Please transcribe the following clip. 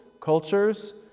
cultures